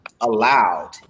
allowed